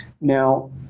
Now